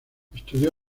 estudió